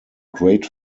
great